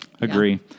Agree